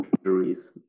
injuries